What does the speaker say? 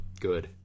good